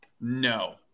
no